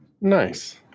Nice